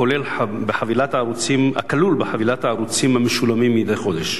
הכלול בחבילת הערוצים המשולמים מדי חודש,